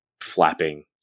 flapping